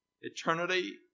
eternity